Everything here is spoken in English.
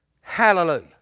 Hallelujah